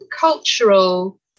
cultural